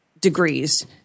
degrees